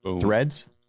Threads